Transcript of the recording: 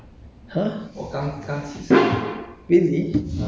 you know I just something 我告白